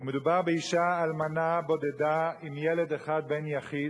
מדובר באשה אלמנה בודדה, עם ילד אחד, בן יחיד,